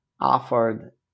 offered